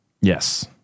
Yes